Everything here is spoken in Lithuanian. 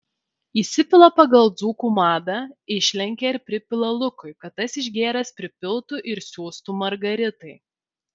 įsipila pagal dzūkų madą išlenkia ir pripila lukui kad tas išgėręs pripiltų ir siųstų margaritai